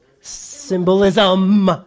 symbolism